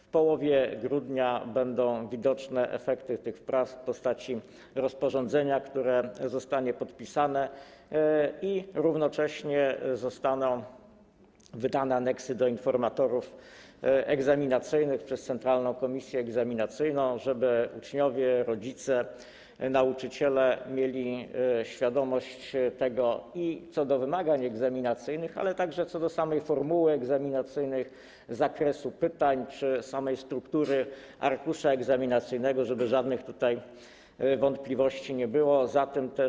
W połowie grudnia będą widoczne efekty tych prac w postaci rozporządzenia, które zostanie podpisane, a równocześnie zostaną wydane aneksy do informatorów egzaminacyjnych przez Centralną Komisję Egzaminacyjną, żeby uczniowie, rodzice, nauczyciele mieli świadomość co do wymagań egzaminacyjnych, ale także co do samej formuły egzaminacyjnej, zakresu pytań czy struktury arkusza egzaminacyjnego, aby nie było żadnych wątpliwości w tym zakresie.